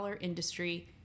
industry